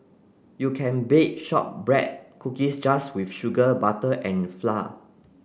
you can bake shortbread cookies just with sugar butter and flour